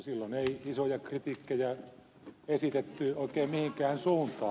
silloin ei isoja kritiikkejä esitetty oikein mihinkään suuntaan